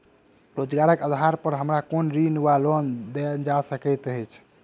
रोजगारक आधार पर हमरा कोनो ऋण वा लोन देल जा सकैत अछि?